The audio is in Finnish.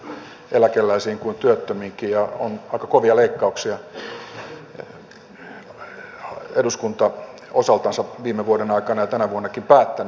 tämä ulottuu niin lapsiperheisiin eläkeläisiin kuin työttömiinkin ja on aika kovia leikkauksia eduskunta osaltansa viime vuoden aikana ja tänä vuonnakin päättänyt